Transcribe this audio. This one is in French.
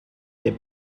des